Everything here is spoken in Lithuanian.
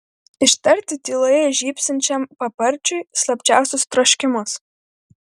ištarti tyloje žybsinčiam paparčiui slapčiausius troškimus